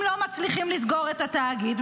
אם לא מצליחים לסגור את התאגיד,